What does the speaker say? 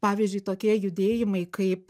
pavyzdžiui tokie judėjimai kaip